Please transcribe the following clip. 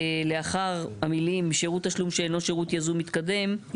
לאחר המילים: "שירות תשלום שאינו שירות ייזום מתקדם",